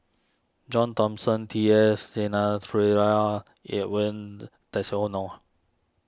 John Thomson T S Edwin